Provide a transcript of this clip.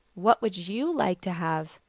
what would you like to have,